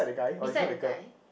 beside the guy